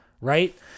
right